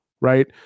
right